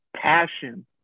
passion